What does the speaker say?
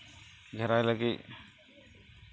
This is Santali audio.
ᱜᱷᱮᱨᱟᱭ ᱞᱟᱹᱜᱤᱫ